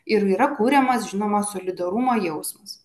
ir yra kuriamas žinoma solidarumo jausmas